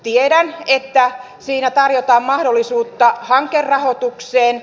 tiedän että siinä tarjotaan mahdollisuutta hankerahoitukseen